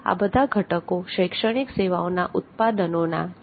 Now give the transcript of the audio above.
આ બધા ઘટકો શૈક્ષણિક સેવાઓના ઉત્પાદનોના છે